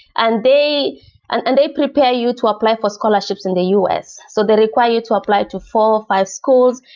and they and and they prepare you to apply for scholarships in the u s. so they require you to apply to four, five schools.